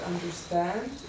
understand